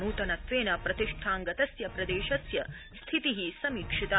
नूतनत्वेन प्रतिष्ठांगतस्य प्रदेशस्य स्थिति समीक्षिता